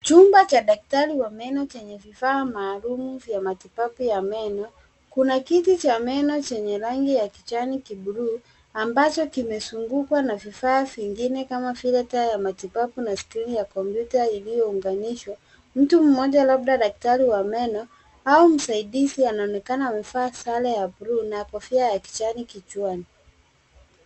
Chumba cha daktari wa meno chenye vifaa maalum vya matibabu ya meno. Kuna kiti cha meno chenye rangi ya kijani kibluu ambacho kimezungukwa na vifaa vingine kama vile taa ya matibabu na skrini ya kompyuta iliyounganishwa. Mtu mmoja labda daktari wa meno au msaidizi anaonekana amevaa sare ya bluu na kofia ya kijani kichwani.